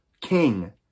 king